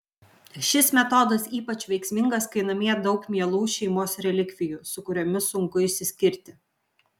šis metodas ypač veiksmingas kai namie daug mielų šeimos relikvijų su kuriomis sunku išsiskirti